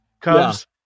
Cubs